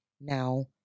now